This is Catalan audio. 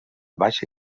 baixa